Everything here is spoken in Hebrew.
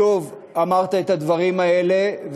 שוב אמרת את הדברים האלה,